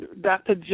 Dr